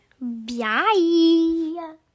Bye